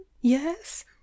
yes